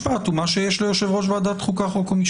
אני רוצה להתייחס לנושא של פרקי הזמן לקבלת מב"דים עד להגשת כתב אישום.